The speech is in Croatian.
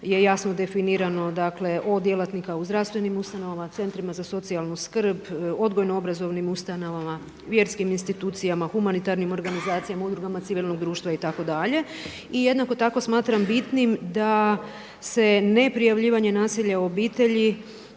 je jasno definirano, dakle od djelatnika u zdravstvenim ustanovama, centrima za socijalnu skrb, odgojno-obrazovnim ustanovama, vjerskim institucijama, humanitarnim organizacijama, udrugama civilnog društva itd. I jednako tako smatram bitnim da se ne prijavljivanje nasilja u obitelji,